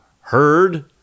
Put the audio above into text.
heard